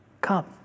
come